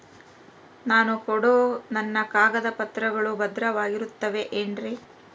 ನಾನು ಕೊಡೋ ನನ್ನ ಕಾಗದ ಪತ್ರಗಳು ಭದ್ರವಾಗಿರುತ್ತವೆ ಏನ್ರಿ?